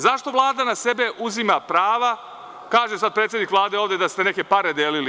Zašto Vlada na sebe uzima prava, kaže sad predsednik Vlade ovde da ste neke pare delili.